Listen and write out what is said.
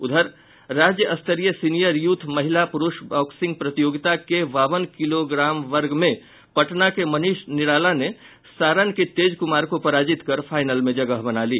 उधर राज्य स्तरीय सीनियर यूथ महिला पुरूष बॉक्सिंग प्रतियोगिता के बावन किलो वर्ग में पटना के मनीष निराला ने सारण के तेज कुमार को पराजित कर फाइनल में जगह बना ली